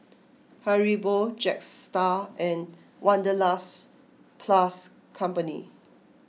Haribo Jetstar and Wanderlust plus Company